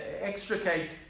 extricate